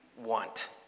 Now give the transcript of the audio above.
Want